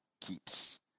keeps